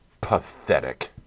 pathetic